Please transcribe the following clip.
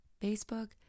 Facebook